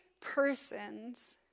persons